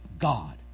God